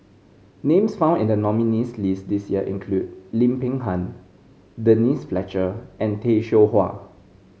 names found in the nominees' list this year include Lim Peng Han Denise Fletcher and Tay Seow Huah